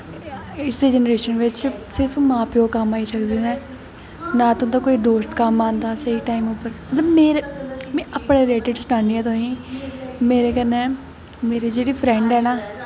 इस जनरेशन बिच्च सिर्फ मां प्यो कम्म आई सकदे नै नां कोई तुं'दा दोस्त कम्म औंदा स्हेई टैम पर मतलब मेरा में अपने रिलेटिड सनानी आं तुसेंगी मेरै कन्नै मेरी जेह्ड़ी फ्रैंड ऐ ना